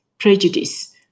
prejudice